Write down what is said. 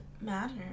matter